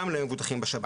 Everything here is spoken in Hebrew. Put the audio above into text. גם למבוטחים בשב"ן.